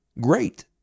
great